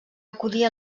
acudir